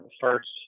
first